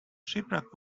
shipwreck